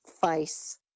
face